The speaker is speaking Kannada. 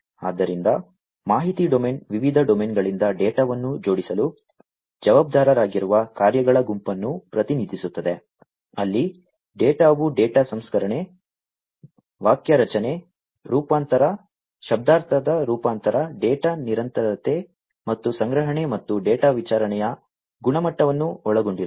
ಆದ್ದರಿಂದ ಮಾಹಿತಿ ಡೊಮೇನ್ ವಿವಿಧ ಡೊಮೇನ್ಗಳಿಂದ ಡೇಟಾವನ್ನು ಜೋಡಿಸಲು ಜವಾಬ್ದಾರರಾಗಿರುವ ಕಾರ್ಯಗಳ ಗುಂಪನ್ನು ಪ್ರತಿನಿಧಿಸುತ್ತದೆ ಅಲ್ಲಿ ಡೇಟಾವು ಡೇಟಾ ಸಂಸ್ಕರಣೆ ವಾಕ್ಯರಚನೆಯ ರೂಪಾಂತರ ಶಬ್ದಾರ್ಥದ ರೂಪಾಂತರ ಡೇಟಾ ನಿರಂತರತೆ ಮತ್ತು ಸಂಗ್ರಹಣೆ ಮತ್ತು ಡೇಟಾ ವಿತರಣೆಯ ಗುಣಮಟ್ಟವನ್ನು ಒಳಗೊಂಡಿರುತ್ತದೆ